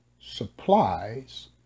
supplies